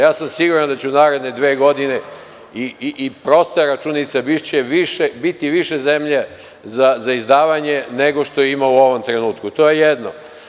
Ja sam siguran da će u naredne dve godine i prosta računica, biti više zemlje za izdavanje nego što je ima u ovom trenutku, to je jedno.